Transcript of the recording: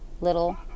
little